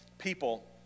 People